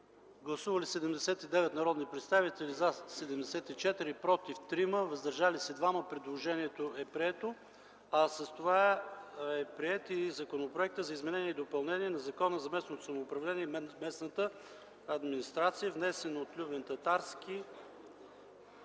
Гласували 79 народни представители: за 74, против 3, въздържали се 2. Предложението е прието, а с това е приет и на второ четене Законът за изменение и допълнение на Закона за местното самоуправление и местната администрация, внесен от Любен Татарски.